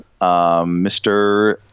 Mr